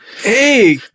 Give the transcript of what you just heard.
Hey